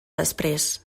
després